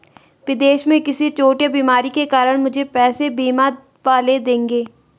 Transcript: विदेश में किसी चोट या बीमारी के कारण मुझे पैसे बीमा वाले देंगे